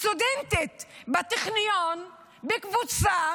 סטודנטית בטכניון, בקבוצה